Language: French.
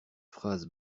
phrases